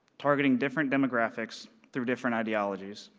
targeting different demographics through different ideologies.